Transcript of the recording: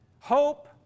Hope